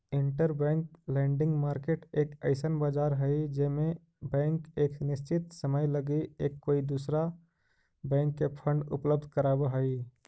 interbank lending market एक अइसन बाजार हई जे में बैंक एक निश्चित समय लगी एक कोई दूसरा बैंक के फंड उपलब्ध कराव हई